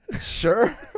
Sure